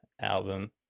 album